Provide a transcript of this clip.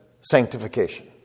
sanctification